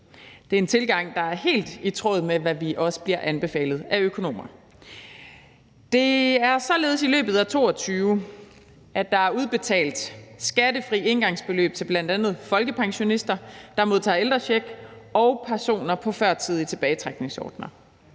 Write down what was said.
Det er en tilgang, der er helt i tråd med, hvad vi også bliver anbefalet af økonomer. Det er således i løbet af 2022, at der er udbetalt skattefri engangsbeløb til bl.a. folkepensionister, der modtager ældrecheck, og personer på ordninger for førtidig tilbagetrækning.